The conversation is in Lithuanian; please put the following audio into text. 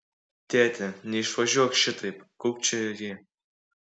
tėti neišvažiuok šitaip kūkčiojo ji